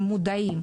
הם מודעים.